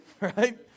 right